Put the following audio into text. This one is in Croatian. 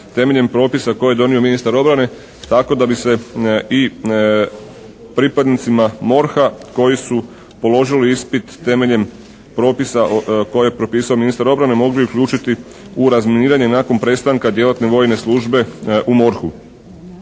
temeljem propisa koje je donio ministar obrane tako da bi se i pripadnicima MORH-a koji su položili ispit temeljem propisa koje je propisao ministar obrane mogli uključiti u razminiranje nakon prestanka djelatne vojne službe u MORH-u.